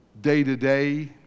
day-to-day